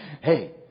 Hey